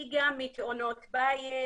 היא גם מתאונות בית,